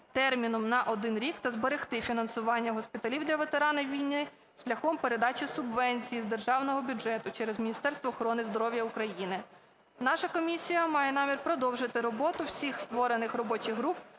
терміном на 1 рік та зберегти фінансування госпіталів для ветеранів війни шляхом передачі субвенцій з державного бюджету через Міністерство охорони здоров'я України. Наша комісія має намір продовжити роботу всіх створених робочих груп